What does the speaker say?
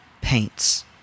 paints